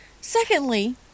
Secondly